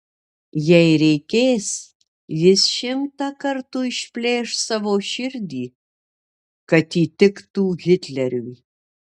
jei reikės jis šimtą kartų išplėš savo širdį kad įtiktų hitleriui